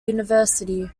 university